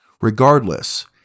Regardless